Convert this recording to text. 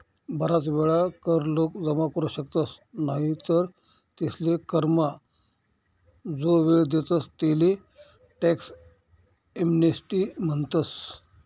बराच वेळा कर लोक जमा करू शकतस नाही तर तेसले करमा जो वेळ देतस तेले टॅक्स एमनेस्टी म्हणतस